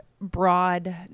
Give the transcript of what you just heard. broad